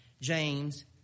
James